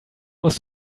musst